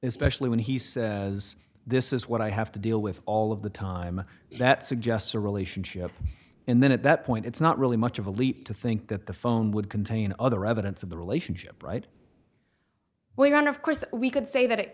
especially when he says this is what i have to deal with all of the time that suggests a relationship and then at that point it's not really much of a leap to think that the phone would contain other evidence of the relationship right way around of course we could say that it